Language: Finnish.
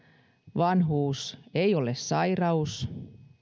vanhuus ei ole sairaus